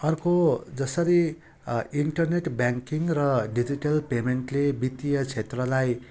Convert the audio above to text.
अर्को जसरी internet banking र डिजिटल पेमेन्टले वित्तीय क्षेत्रलाई